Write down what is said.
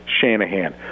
Shanahan